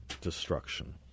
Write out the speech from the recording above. destruction